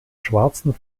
schwarzen